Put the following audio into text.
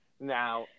Now